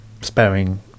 sparing